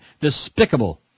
Despicable